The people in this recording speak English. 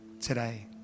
today